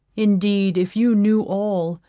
indeed if you knew all,